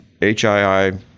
HII